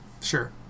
sure